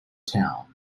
town